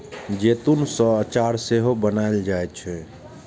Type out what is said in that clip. जैतून सं अचार सेहो बनाएल जाइ छै